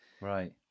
right